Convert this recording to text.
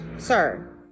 Sir